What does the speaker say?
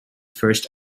first